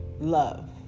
love